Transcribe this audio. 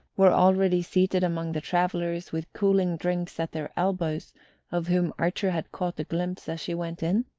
were already seated among the travellers with cooling drinks at their elbows of whom archer had caught a glimpse as she went in?